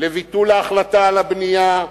לביטול ההחלטה על הבנייה,